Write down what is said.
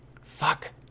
Fuck